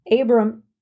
Abram